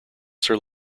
sir